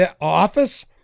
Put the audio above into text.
office